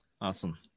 Awesome